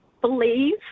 believe